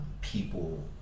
people